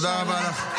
תודה רבה לך.